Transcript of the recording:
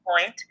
point